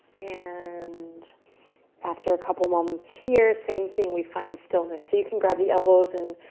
and after a couple of moments here, same thing, we find stillness. you can grab the elbows and